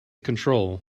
control